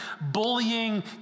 bullying